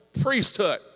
priesthood